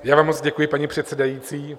Já vám moc děkuji, paní předsedající.